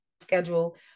schedule